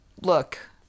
look